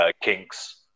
Kinks